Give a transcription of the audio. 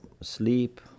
sleep